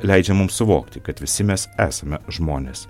leidžia mums suvokti kad visi mes esame žmonės